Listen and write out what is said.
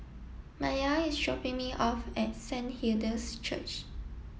Mya is dropping me off at Saint Hilda's Church